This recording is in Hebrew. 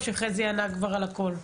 או שחזי ענה כבר על הכול?